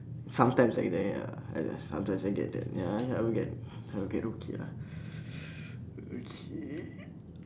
sometimes like that ya I I sometimes I get that ya ya I will get I will get okay lah okay